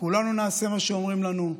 כולנו נעשה מה שאומרים לנו,